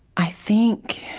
i think